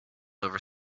over